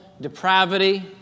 depravity